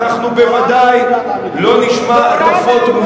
ואנחנו בוודאי לא נשמע, תורה ועבודה.